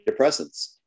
antidepressants